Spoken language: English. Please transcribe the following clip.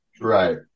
Right